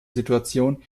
situation